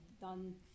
done